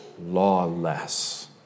lawless